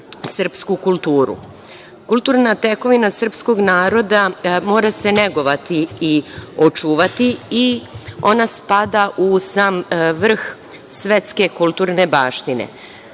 srpsku kulturu. Kulturna tekovina srpskog naroda mora se negovati i očuvati i ona spada u sam vrh svetske kulturne baštine. Zato